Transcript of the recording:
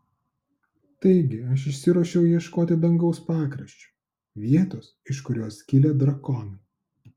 taigi aš išsiruošiau ieškoti dangaus pakraščio vietos iš kurios kilę drakonai